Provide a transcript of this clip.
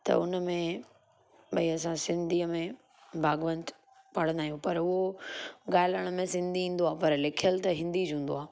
त हुन में भई असां सिंधीअ में भाॻवंत पढ़ंदा आहियूं पर उहो ॻाल्हाइण में सिंधी ईंदो आहे पर लिखियल त हिन्दी ज हूंदो आहे